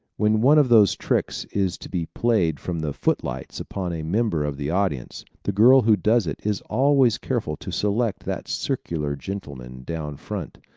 when one of those tricks is to be played from the foot-lights upon a member of the audience the girl who does it is always careful to select that circular gentleman down front.